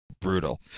Brutal